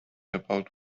about